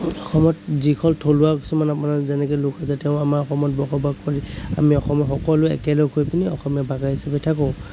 অসমত যিখন থলুৱা কিছুমান আপোনাৰ যেনেকে লোক জাতিও আমাৰ অসমত বসবাস কৰে আমি অসমীয়া সকলোৱে একলগ হৈ পিনি অসমীয়া ভাষা হিচাপে থাকোঁ